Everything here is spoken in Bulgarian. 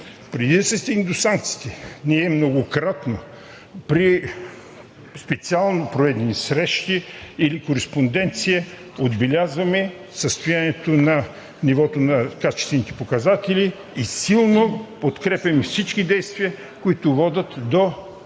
Преди да се стигне до санкциите, ние многократно при специално проведени срещи или кореспонденция отбелязваме състоянието на нивото на качествените показатели. Силно подкрепяме всички действия, които водят до